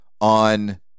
on